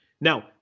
Now